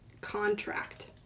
contract